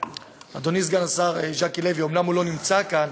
אדוני סגן השר ז'קי לוי, אומנם הוא לא נמצא כאן,